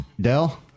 Dell